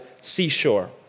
seashore